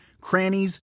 crannies